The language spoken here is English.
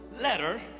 letter